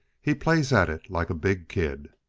he plays at it like a big kid!